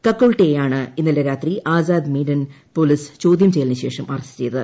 കക്കുൾട്ടെയെയാണ് ഇന്നലെ രാത്രി ആസാദ് മെയ്ഡൻ പോലീസ് ചോദ്യം ചെയ്യലിന്റ് ശേഷം അറസ്റ്റ് ചെയ്തത്